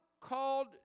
called